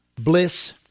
bliss